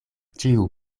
ĉiu